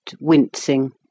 wincing